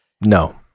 No